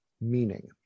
meaning